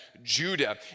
Judah